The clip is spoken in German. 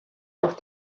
auf